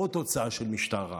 עוד תוצאה של משטר רע?